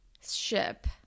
Ship